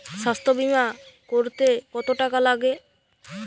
স্বাস্থ্যবীমা করতে কত টাকা লাগে?